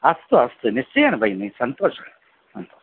अस्तु अस्तु निश्चयेन भगिनि सन्तोषः सन्तोषः